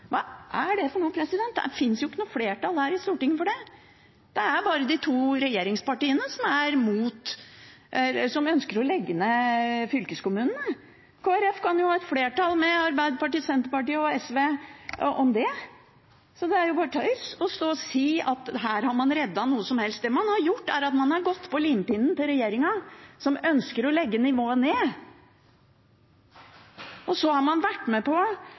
Hva er det for noe? Det finnes jo ikke et flertall her i Stortinget for det. Det er bare de to regjeringspartiene som ønsker å legge ned fylkeskommunene. Kristelig Folkeparti kan jo få et flertall med Arbeiderpartiet, Senterpartiet og SV om det. Det er bare tøys å si at man her har reddet noe som helst. Det man har gjort, er at man har gått på regjeringens limpinne, som ønsker å legge ned nivået. Så har man vært med på